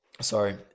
sorry